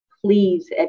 please